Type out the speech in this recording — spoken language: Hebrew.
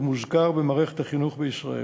והוא מוזכר במערכת החינוך בישראל.